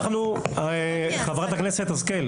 יש פה אפליה.